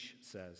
says